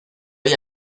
hay